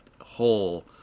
whole